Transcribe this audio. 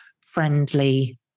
friendly